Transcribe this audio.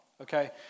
Okay